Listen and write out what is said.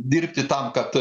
dirbti tam kad